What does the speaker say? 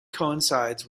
coincides